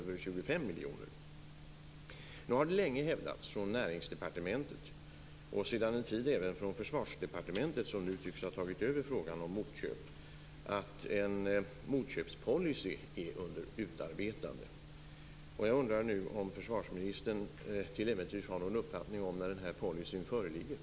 Det har länge hävdats från Näringsdepartementet - sedan en tid även från Försvarsdepartementet, som nu tycks ha tagit över frågan om motköp - att en motköpspolicy håller på att utarbetas. Jag undrar om försvarsministern till äventyrs har någon uppfattning om när denna policy skall föreligga.